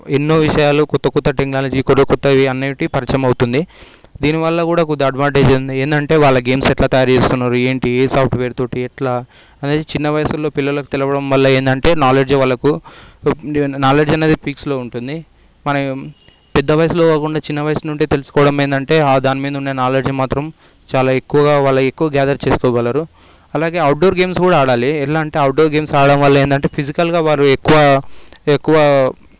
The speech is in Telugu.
ఎన్నో విషయాలు కొత్త కొత్త టెక్నాలజీ కొత్త కొత్తవి అనేటివి పరిచయం అవుతున్నది దీని వల్ల కూడా కొంత అడ్వాంటేజ్ ఉంది ఏంటంటే వాళ్ళకి గేమ్స్ ఎట్ల తయారు చేస్తున్నారు ఏంటి ఏ సాఫ్ట్వేర్ తోటి ఎట్లా అనేది చిన్న వయసులో పిల్లలకి తెలియడం వల్ల ఏంటంటే నాలెడ్జ్ వాళ్లకు నాలెడ్జ్ అనేది పిక్స్లో ఉంటుంది మనం పెద్ద వయసులో కాకుండా చిన్న వయసు నుండి తెలుసుకోవడం ఏంటంటే ఆ దాని మీద ఉండే నాలెడ్జ్ మాత్రం చాలా ఎక్కువగా వాళ్ళు ఎక్కువ గ్యాదర్ చేసుకోగలరు అలాగే అవుట్డోర్ గేమ్స్ కూడా ఆడాలి ఎట్లా అంటే అవుట్డోర్ గేమ్స్ ఆడటం వల్ల ఏంటంటే ఫిజికల్గా వారు ఎక్కువ ఎక్కువ